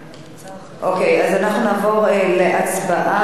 אוקיי, אז אנחנו נעבור להצבעה.